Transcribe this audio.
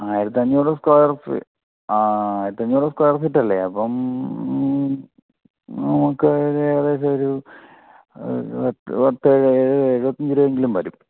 ആയിരത്തി അഞ്ഞൂറ് square feet ആ ആയിരത്തി അഞ്ഞൂറ് സ്ക്വയർ ഫീറ്റ് അല്ലേ അപ്പം നമുക്ക് ഏകദേശം ഒരു പത് എഴുപത്തിയഞ്ച് രൂപ എങ്കിലും വരും